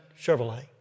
Chevrolet